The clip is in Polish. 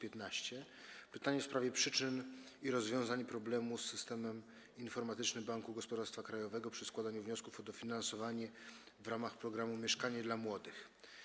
Jest to pytanie w sprawie przyczyn i rozwiązań problemu z systemem informatycznym Banku Gospodarstwa Krajowego przy składaniu wniosków o dofinansowanie w ramach programu „Mieszkanie dla młodych”